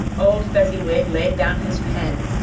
old fezziwig laid down his pen,